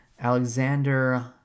Alexander